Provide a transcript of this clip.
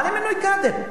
מה למינוי קאדים?